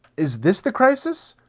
is this the crisis?